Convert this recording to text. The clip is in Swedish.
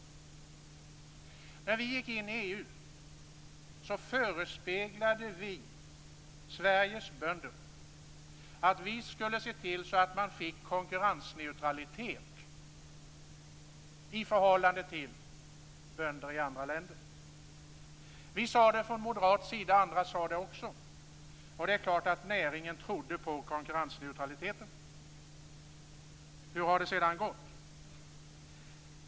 När vi gick in i EU förespeglade vi Sveriges bönder att vi skulle se till att de fick konkurrensneutralitet i förhållande till bönder i andra länder. Vi sade det från moderat sida, och andra sade det också, och det är klart att näringen trodde på konkurrensneutraliteten. Hur har det sedan gått?